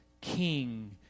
king